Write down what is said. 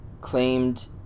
claimed